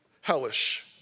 hellish